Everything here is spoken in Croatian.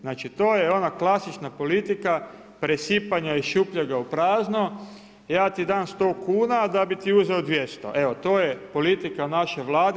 Znači to je ona klasična politika presipanja iz šupljega u prazno, ja ti dam 100 kuna da bi ti uzeo 200, evo to je politika naše Vlade.